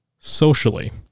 socially